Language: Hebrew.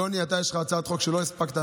יוני, אתה, יש לך הצעת חוק שלא הספקת.